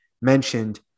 mentioned